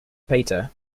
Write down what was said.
pater